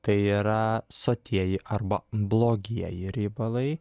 tai yra sotieji arba blogieji riebalai